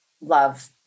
love